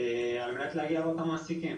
על מנת להגיע לאותם מעסיקים.